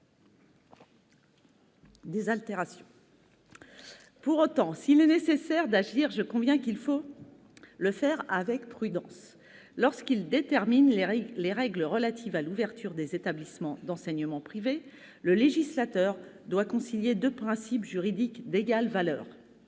Pour autant, s'il est nécessaire d'agir, je conviens qu'il faut le faire avec prudence. Lorsqu'il détermine les règles relatives à l'ouverture des établissements d'enseignement privé, le législateur doit concilier deux principes juridiques d'égale valeur